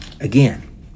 again